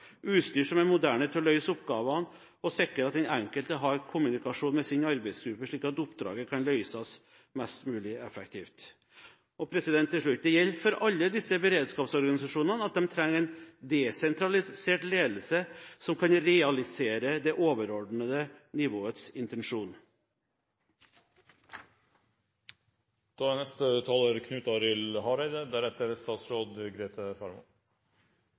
utstyr som er moderne til å løse oppgavene, og vi må sikre at den enkelte har kommunikasjon med sin arbeidsgruppe, slik at oppdraget kan løses mest mulig effektivt. Til slutt: Det gjelder for alle disse beredskapsorganisasjonene at de trenger en desentralisert ledelse som kan realisere det overordnede nivåets intensjon.